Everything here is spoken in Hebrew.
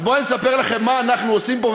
אז בואו אספר לכם מה אנחנו עושים פה,